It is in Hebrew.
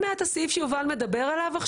אם היה את הסעיף שיובל מדבר עליו,